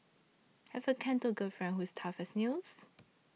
have a Canto girlfriend who's tough as nails